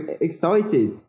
excited